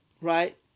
right